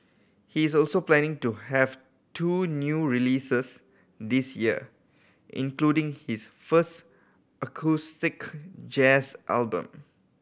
he is also planning to have two new releases this year including his first acoustic jazz album